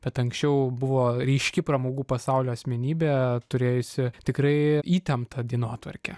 bet anksčiau buvo ryški pramogų pasaulio asmenybė turėjusi tikrai įtemptą dienotvarkę